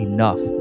Enough